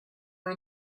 are